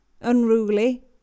unruly